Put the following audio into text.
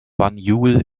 banjul